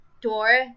door